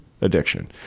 addiction